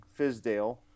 Fizdale